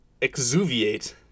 exuviate